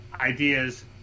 ideas